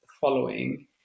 following